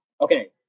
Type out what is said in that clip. Okay